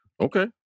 Okay